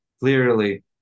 clearly